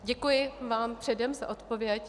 Děkuji vám předem za odpověď.